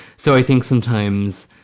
so i think sometimes.